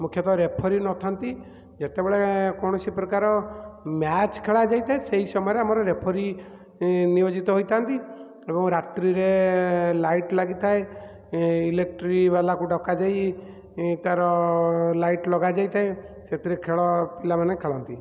ମୁଖ୍ୟତଃ ରେଫରୀ ନଥାନ୍ତି ଯେତେବେଳେ କୌଣସି ପ୍ରକାର ମ୍ୟାଚ୍ ଖେଳାଯାଇଥାଏ ସେହି ସମୟରେ ଆମର ରେଫରୀ ନିୟୋଜିତ ହୋଇଥାନ୍ତି ଏବଂ ରାତ୍ରୀରେ ଲାଇଟ୍ ଲାଗିଥାଏ ଇଲେକ୍ଟ୍ରିବାଲାକୁ ଡକାଯାଇ ତାର ଲାଇଟ୍ ଲଗାଯାଇଥାଏ ସେଥିରେ ଖେଳ ପିଲାମାନେ ଖେଳନ୍ତି